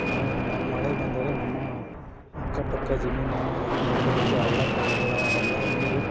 ನಾವು ನಮ್ಮ ಮಳೆ ಬಂದರೆ ನಮ್ಮ ಅಕ್ಕಪಕ್ಕ ಜಮೀನಿನ ಪಕ್ಕದಲ್ಲಿ ಹಳ್ಳ ಕೊಳ್ಳಗಳ ಎಲ್ಲ ನೀರು